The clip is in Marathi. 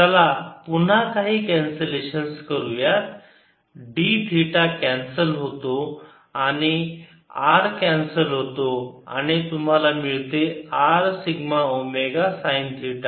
चला पुन्हा काही कॅन्सलेशन करूया d थिटा कॅन्सल होतो R कॅन्सल होतो आणि तुम्हाला मिळते R sigma omega sine theta